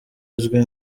uzwi